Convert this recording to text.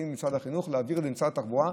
במשרד החינוך ולהעביר למשרד התחבורה.